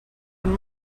and